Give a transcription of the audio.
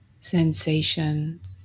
sensations